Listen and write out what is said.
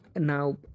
now